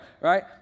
right